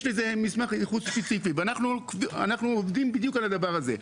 יש לזה מסמך ייחוס ספציפי ואנחנו עובדים בדיוק על הדבר הזה,